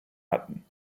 hatten